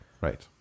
Right